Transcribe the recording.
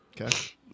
Okay